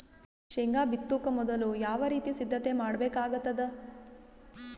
ಶೇಂಗಾ ಬಿತ್ತೊಕ ಮೊದಲು ಯಾವ ರೀತಿ ಸಿದ್ಧತೆ ಮಾಡ್ಬೇಕಾಗತದ?